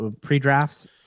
pre-drafts